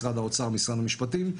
משרד האוצר ומשרד המשפטים,